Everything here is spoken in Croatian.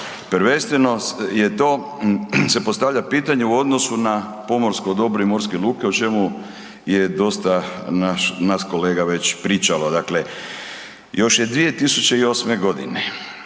Prvenstveno je to se postavlja pitanje u odnosu na pomorsko dobro i morske luke, o čemu je dosta naš, nas kolega već pričalo. Dakle, još je 2008. g.